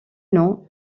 non